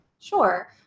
Sure